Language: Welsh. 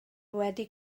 wedi